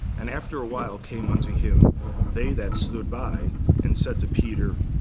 and after a while came onto him they that stood by and said to peter,